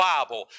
Bible